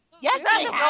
Yes